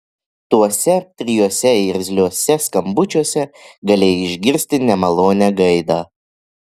tuose trijuose irzliuose skambučiuose galėjai išgirsti nemalonią gaidą